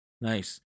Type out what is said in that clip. Nice